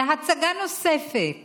להצגה נוספת